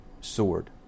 sword